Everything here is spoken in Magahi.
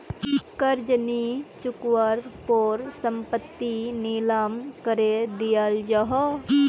कर्ज नि चुक्वार पोर संपत्ति नीलाम करे दियाल जाहा